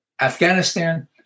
Afghanistan